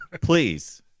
please